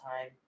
time